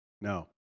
No